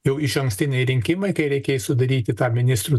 jau išankstiniai rinkimai kai reikės sudaryti tą ministrų